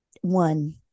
one